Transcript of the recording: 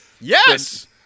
Yes